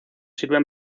sirven